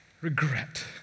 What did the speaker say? Regret